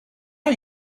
are